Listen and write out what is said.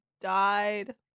died